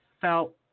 felt